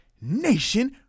Nation